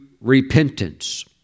repentance